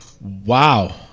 Wow